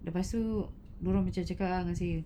lepas tu dia orang macam cakap lah dengan saya